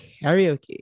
karaoke